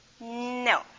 No